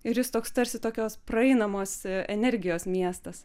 ir jis toks tarsi tokios praeinamos energijos miestas